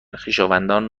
خویشاوندان